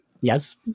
yes